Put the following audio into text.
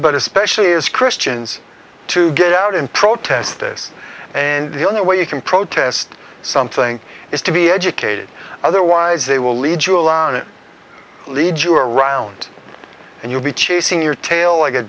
but especially as christians to get out and protest this and the only way you can protest something is to be educated otherwise they will lead you alone and lead you around and you'll be chasing your tail like a